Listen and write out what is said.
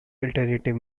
alternative